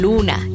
Luna